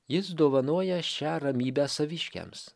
jis dovanoja šią ramybę saviškiams